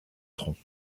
troncs